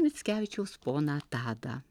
mickevičiaus poną tadą